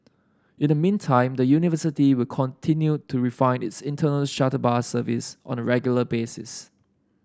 in the meantime the university will continue to refine its internal shuttle bus service on a regular basis